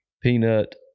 peanut